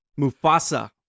Mufasa